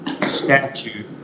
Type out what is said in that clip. Statute